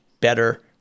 better